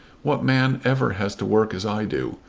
what man ever has to work as i do?